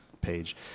page